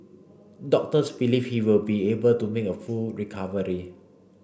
doctors believe he will be able to make a full recovery